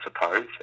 suppose